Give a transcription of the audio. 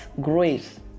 grace